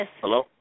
Hello